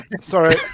sorry